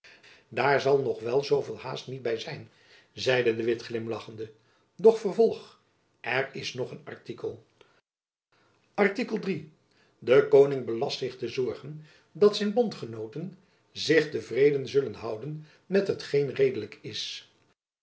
daar zal nog wel zoo veel haast niet by zijn zeide de witt glimlachende doch vervolg er is nog een artikel artikel iii de koning belast zich te zorgen dat zijn bondgenooten zich te vreden zullen houden met hetgeen redelijk is